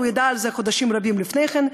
הוא ידע על זה חודשים רבים לפני כן,